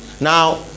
Now